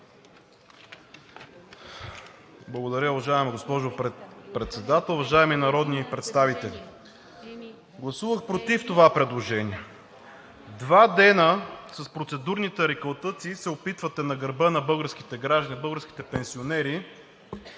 Благодаря, уважаема госпожо Председател. Уважаеми народни представители, гласувах против това предложение. Два дена с процедурни тарикатлъци се опитвате на гърба на българските граждани – на българските пенсионери,